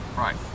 Right